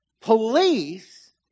police